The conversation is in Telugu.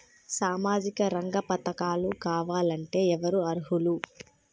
సామాజిక రంగ పథకాలు కావాలంటే ఎవరు అర్హులు?